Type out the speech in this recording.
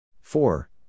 Four